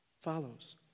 follows